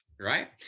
right